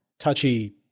touchy